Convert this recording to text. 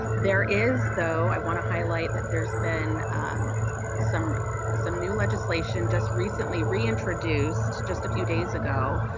there is though i want to highlight that there's been some some new legislation just recently reintroduced, just a few days ago,